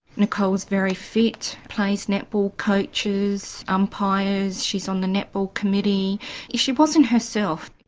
nichole was very fit, plays netball, coaches, umpires, she's on the netball committee she wasn't herself.